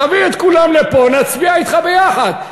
תביא את כולם לפה, נצביע אתך יחד.